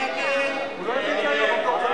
המשמעות היא שאם הכנסת מקבלת עכשיו את בקשת ועדת הכלכלה,